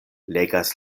legas